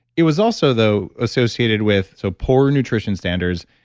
it was also though associated with so poor nutrition standards,